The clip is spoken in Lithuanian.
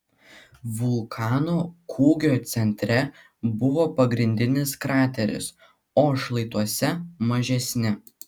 vulkano kūgio centre buvo pagrindinis krateris o šlaituose mažesni